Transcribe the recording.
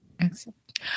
Excellent